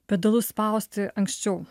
pedalus spausti anksčiau